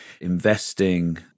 Investing